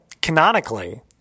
Canonically